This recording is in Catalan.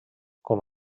com